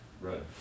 Right